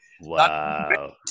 wow